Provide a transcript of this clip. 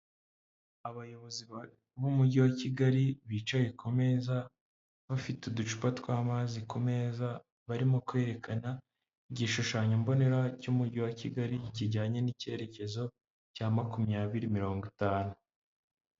Abayobozi b'umujyi wa Kigali bicaye ku meza, bafite uducupa tw'amazi ku meza, barimo kwerekana igishushanyo mbonera cy'umujyi wa Kigali kijyanye n'icyerekezo cya makumyabiri mirongo itanu.